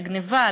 לגנבה,